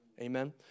Amen